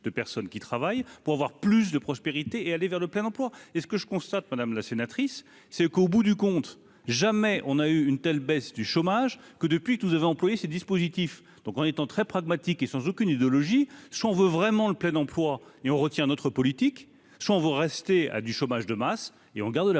de personnes qui travaillent pour avoir plus de prospérité et aller vers le plein emploi et ce que je constate, Madame la sénatrice, c'est qu'au bout du compte, jamais on a eu une telle baisse du chômage que depuis que vous avez employé ces dispositifs donc en étant très pragmatique et sans aucune idéologie, ce qu'on veut vraiment le plein emploi et on retient notre politique, vous restez à du chômage de masse et on garde la